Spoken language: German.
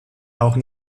auch